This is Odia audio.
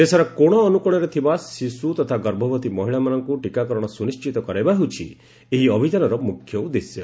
ଦେଶର କୋଶଅନୁକୋଶରେ ଥିବା ଶିଶୁ ତଥା ଗର୍ଭବତୀ ମହିଳାମାନଙ୍କୁ ଟୀକାକରଣ ସୁନିଣ୍ଟିତ କରାଇବା ହେଉଛି ଏହି ଅଭିଯାନର ମୁଖ୍ୟ ଉଦ୍ଦେଶ୍ୟ